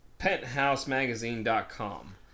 penthousemagazine.com